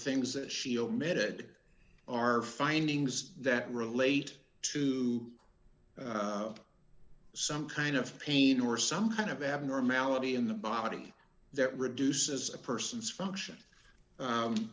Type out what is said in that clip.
things that she'll midhat are findings that relate to some kind of pain or some kind of abnormality in the body that reduces a person's function